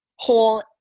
whole